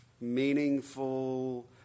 meaningful